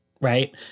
Right